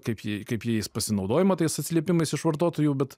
kaip jie kaip jais pasinaudojama tais atsiliepimais iš vartotojų bet